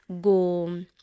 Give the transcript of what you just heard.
go